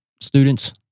students